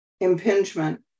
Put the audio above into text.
impingement